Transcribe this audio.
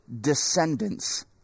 descendants